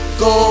go